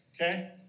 Okay